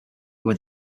went